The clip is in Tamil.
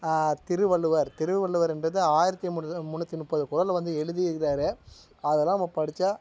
திருவள்ளுவர் திருவள்ளுவர் என்பது ஆயிரத்தி முன்னூத் முன்னூற்றி முப்பது குறளை வந்து எழுதியிருக்கிறாரு அதெல்லாம் நம்ம படித்தா